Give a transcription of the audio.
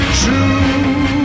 true